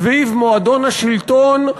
סביב מועדון השלטון,